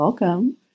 Welcome